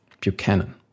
Buchanan